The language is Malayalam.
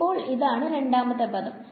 അപ്പൊ ഇതാണ് രണ്ടാമത്തെ പദം